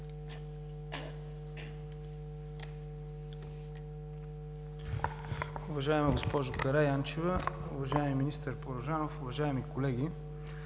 Уважаема госпожо Караянчева, уважаеми министър Порожанов, уважаеми колеги!